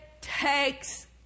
takes